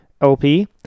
LP